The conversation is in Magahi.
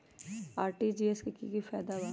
आर.टी.जी.एस से की की फायदा बा?